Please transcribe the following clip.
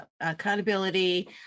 accountability